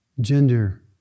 gender